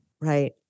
Right